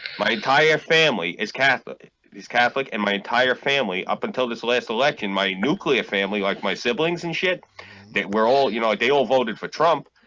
my entire family is catholic he's catholic and my entire family up until this last election my nuclear family like my siblings and shit we're all you know they all voted for trump,